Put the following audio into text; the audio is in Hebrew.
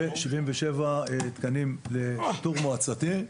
ו-77 תקנים לשיטור מועצתי.